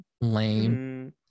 lame